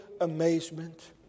amazement